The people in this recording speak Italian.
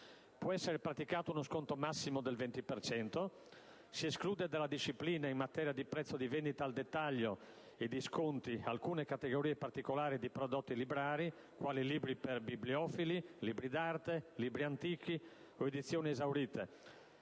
Può essere praticato uno sconto massimo del 20 per cento. Si escludono dalla disciplina in materia di prezzo di vendita al dettaglio e di sconti alcune categorie particolari di prodotti librari, quali libri per bibliofili, libri d'arte, libri antichi o edizioni esaurite,